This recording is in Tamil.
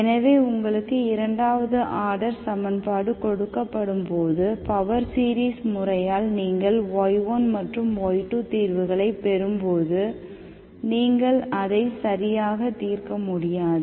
எனவே உங்களுக்கு இரண்டாவது ஆர்டர் சமன்பாடு கொடுக்கப்படும்போது பவர் சீரிஸ் முறையால் நீங்கள் y1 மற்றும் y2 தீர்வுகளைப் பெறும்போது நீங்கள் அதை சரியாகத் தீர்க்க முடியாது